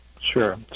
Sure